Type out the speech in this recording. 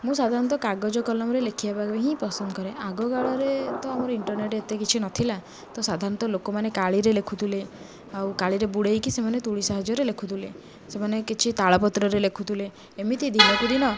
ମୁଁ ସାଧାରଣତଃ କାଗଜ କଲମରେ ଲେଖିବା ପାଇଁ ହିଁ ପସନ୍ଦ କରେ ଆଗକାଳରେ ତ ଆମର ଇଣ୍ଟରନେଟ୍ ଏତେ କିଛି ନଥିଲା ତ ସାଧାରଣତଃ ଲୋକମାନେ କାଳିରେ ଲେଖୁଥିଲେ ଆଉ କାଳିରେ ବୁଡ଼ାଇକି ସେମାନେ ତୁଳୀ ସାହାଯ୍ୟରେ ଲେଖୁଥିଲେ ସେମାନେ କିଛି ତାଳପତ୍ରରେ ଲେଖୁଥିଲେ ଏମିତି ଦିନକୁ ଦିନ